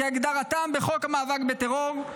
כהגדרתן בחוק המאבק בטרור.